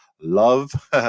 love